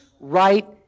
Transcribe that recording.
right